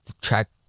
track